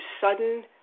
sudden